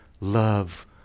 love